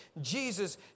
Jesus